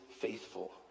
faithful